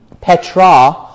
Petra